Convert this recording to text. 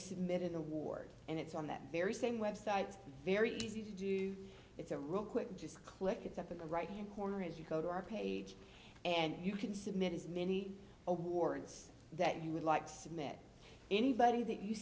submit an award and it's on that very same website very easy to do it's a real quick just click it's at the right you corner as you go to our page and you can submit as many awards that you would like submit anybody that you